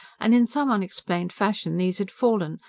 and in some unexplained fashion these had fallen,